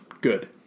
good